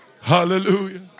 Hallelujah